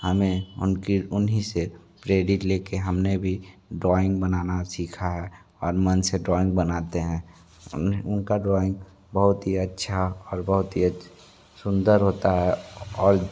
हमें उनकी उन्हीं से प्रेरित लेकर हमने भी ड्राइंग बनाना सीखा है और मन से ड्राइंग बनाते हैं उनका ड्राइंग बहुत ही अच्छा और बहुत ही अच्छा सुंदर होता है और